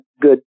good